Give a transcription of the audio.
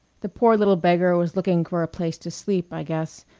the poor little beggar was looking for a place to sleep, i guess,